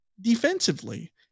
defensively